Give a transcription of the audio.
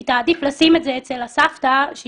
היא תעדיף לשים את הילד אצל הסבתא לה